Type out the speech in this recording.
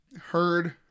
heard